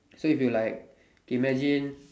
so if you like imagine